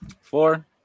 Four